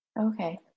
Okay